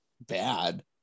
bad